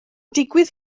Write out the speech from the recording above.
digwydd